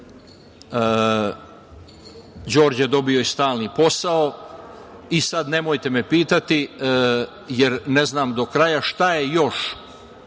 Đorđe dobio i stalni posao, i sad nemojte me pitati, jer ne znam do kraja šta je još